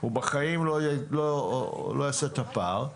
הוא בחיים לא יסגור את הפער.